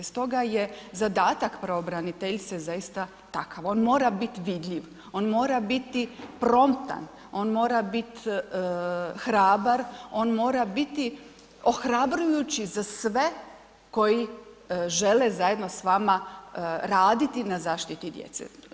Stoga je zadatak pravobraniteljice zaista takav, on mora bit vidljiv, on mora biti promptan, on mora bit hrabar, on mora biti ohrabrujući za sve koji žele zajedno s vama raditi na zaštiti djece.